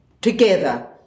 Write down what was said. together